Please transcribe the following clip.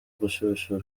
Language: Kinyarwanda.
gushyushya